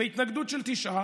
בהתנגדות של תשעה,